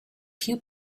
few